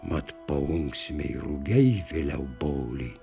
mat paunksmėje rugiai vėliau boli